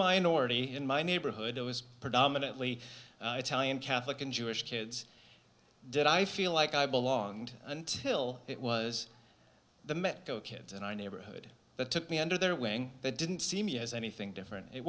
minority in my neighborhood i was predominately italian catholic and jewish kids did i feel like i belonged until it was the met go kids in our neighborhood that took me under their wing they didn't see me as anything different it